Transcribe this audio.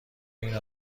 این